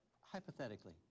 hypothetically